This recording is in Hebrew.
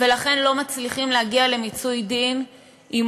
ולכן לא מצליחים להגיע למיצוי דין עם